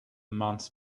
months